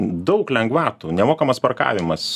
daug lengvatų nemokamas parkavimas